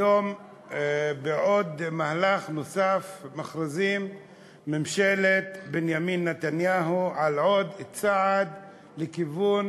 היום בעוד מהלך נוסף מכריזה ממשלת בנימין נתניהו על עוד צעד לכיוון